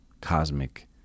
cosmic